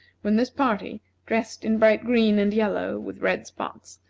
when this party, dressed in bright green and yellow, with red spots,